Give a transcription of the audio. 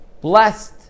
Blessed